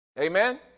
Amen